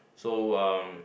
so uh